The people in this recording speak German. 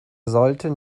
sollten